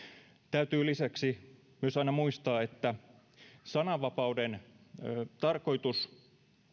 täytyy lisäksi myös aina muistaa että sananvapauden tarkoitus